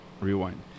Rewind